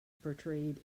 portrayed